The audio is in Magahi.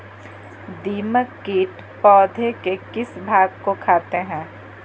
दीमक किट पौधे के किस भाग को खाते हैं?